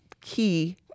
key